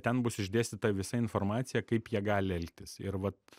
ten bus išdėstyta visa informacija kaip jie gali elgtis ir vat